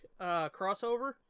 crossover